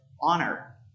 honor